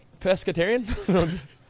pescatarian